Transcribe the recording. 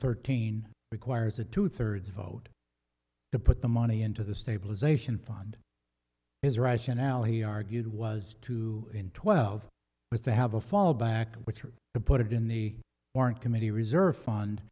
thirteen requires a two thirds vote to put the money into the stabilization fund his rationale he argued was too in twelve but they have a fallback which are to put it in the current committee reserve fund